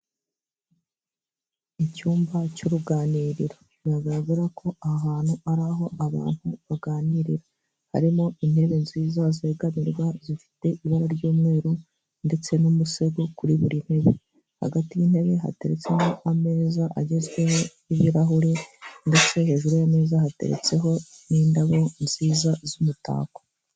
Icyumba cy'uruganiriro bigaragara ko aha hantu ari aho abantu baganirira. Harimo intebe nziza zegamirwa zifite ibara ry'umweru ndetse n'umusego kuri buri ntebe. Hagati y'intebe hateretsemo ameza agezweho, ibirahuri ndetse hejuru y'ameza hateretseho n'indabo nziza z'umutako.